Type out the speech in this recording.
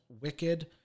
wicked